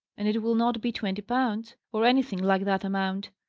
and it will not be twenty pounds, or anything like that amount.